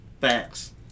Facts